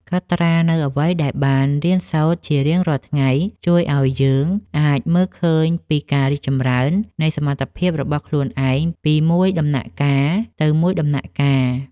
កត់ត្រានូវអ្វីដែលបានរៀនសូត្រជារៀងរាល់ថ្ងៃជួយឱ្យយើងអាចមើលឃើញពីការរីកចម្រើននៃសមត្ថភាពរបស់ខ្លួនឯងពីមួយដំណាក់កាលទៅមួយដំណាក់កាល។